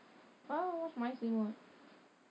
why would I wash my selimut